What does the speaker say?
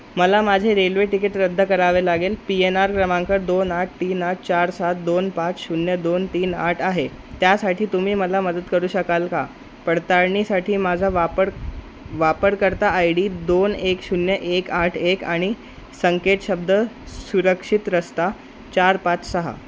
मला माझे railway ticket रद्द करावे लागेल पी एन आर क्रमांक दोन आठ तीन आठ चार सात दोन पाच शून्य दोन तीन आठ आहे त्यासाठी तुम्ही मला मदत करू शकाल का पडताळणीसाठी माझा वापर वापरकर्ता आय डी दोन एक शून्य एक आठ एक आणि संकेतशब्द सुरक्षित रस्ता चार पाच सहा